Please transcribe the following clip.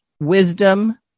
wisdom